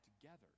together